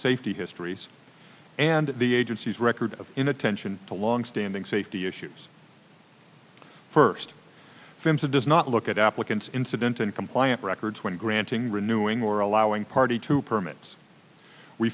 safety histories and the agency's record of inattention to longstanding safety issues first films it does not look at applicants incident and compliance records when granting renewing or allowing party to permits we